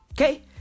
okay